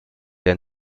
der